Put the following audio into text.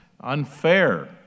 unfair